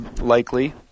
likely